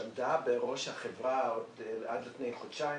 שעמדה בראש החברה עד לפני חודשיים